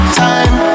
time